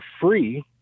free